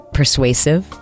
persuasive